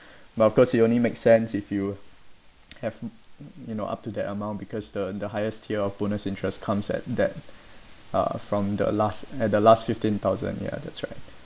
but of course it only makes sense if you have m~ you know up to that amount because the the highest tier of bonus interest comes at that uh from the last eh the last fifteen thousand ya that's right